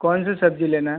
कौन सा सब्ज़ी लेना है